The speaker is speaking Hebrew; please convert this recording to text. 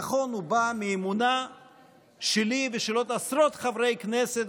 נכון שהוא בא מאמונה שלי ושל עוד עשרות חברי כנסת,